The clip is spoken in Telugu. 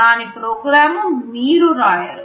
దాని ప్రోగ్రాం మీరూ రాయరు